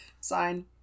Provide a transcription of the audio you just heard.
sign